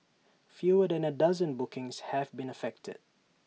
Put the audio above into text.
fewer than A dozen bookings have been affected